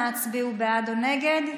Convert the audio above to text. אנא הצביעו בעד או נגד.